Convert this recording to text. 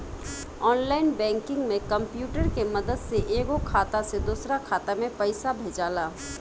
online banking में computer के मदद से एगो खाता से दोसरा खाता में पइसा भेजाला